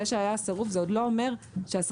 זה שהיה סירוב זה עוד לא אומר שהשחקן